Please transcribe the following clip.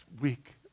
week